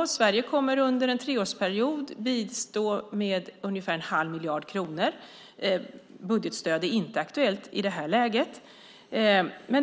och Sverige kommer där att under en treårsperiod bistå med ungefär en halv miljard kronor. Budgetstöd är inte aktuellt i det här läget.